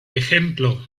ejemplo